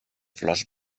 flors